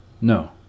No